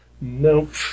Nope